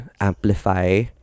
amplify